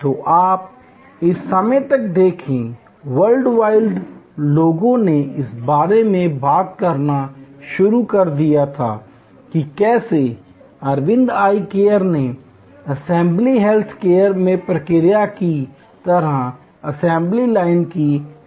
तो आप इस समय तक देखें वर्ल्ड वाइड लोगों ने इस बारे में बात करना शुरू कर दिया था कि कैसे अरविंद आई केयर ने असेंबली हेल्थ केयर में प्रक्रिया की तरह असेंबली लाइन की शुरुआत की